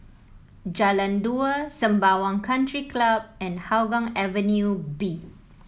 Jalan Dua Sembawang Country Club and Hougang Avenue B